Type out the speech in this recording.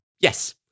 Yes